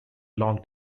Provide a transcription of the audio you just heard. long